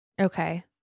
okay